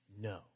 no